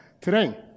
today